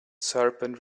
serpent